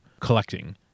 collecting